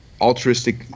altruistic